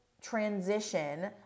transition